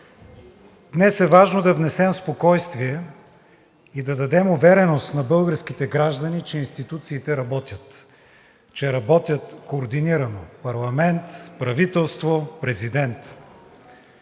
Днес е важно да внесем спокойствие и да дадем увереност на българските граждани, че институциите работят, че работят координирано – парламент, правителство, президент.